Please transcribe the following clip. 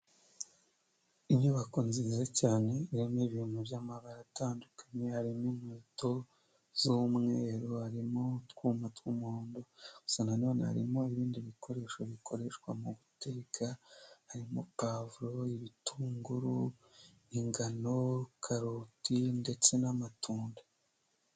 Inyubako nziza cyane irimo ibintu by'amabara atandukanye, harimo inkweto z'umweru, harimo utwuma tw'umuhondo, gusa nanone harimo ibindi bikoresho bikoreshwa mu guteka, harimo pavuro, ibitunguru, ingano, karoti, ndetse n'amatunda.